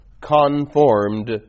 conformed